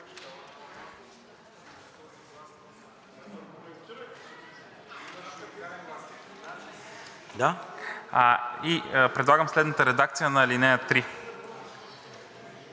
предлагам следната редакция на ал. 3: